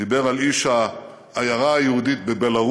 הוא דיבר על איש העיירה היהודית בבלרוס,